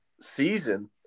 season